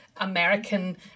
American